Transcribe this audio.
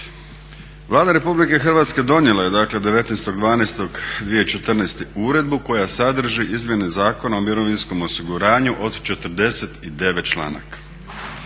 Vlada RH donijela je, dakle 19.12.2014. uredbu koja sadrži izmjene Zakona o mirovinskom osiguranju od 49 članaka.